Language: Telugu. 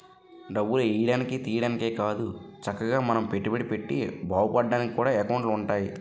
డబ్బులు ఎయ్యడానికి, తియ్యడానికే కాదు చక్కగా మనం పెట్టుబడి పెట్టి బావుపడ్డానికి కూడా ఎకౌంటులు ఉంటాయి